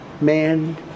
man